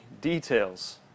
details